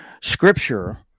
scripture